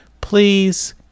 please